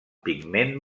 pigment